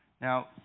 Now